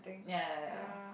ya ya ya